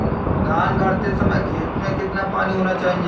धान गाड़ते समय खेत में कितना पानी होना चाहिए?